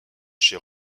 chez